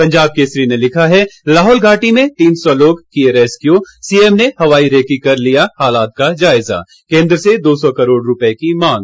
पंजाब केसरी ने लिखा है लाहौल घाटी में तीन सौ लोग किए रैस्क्यू सीएम ने हवाई रेकी कर लिया हालात का जायजा केंद्र से दो सौ करोड़ रूपये की मांग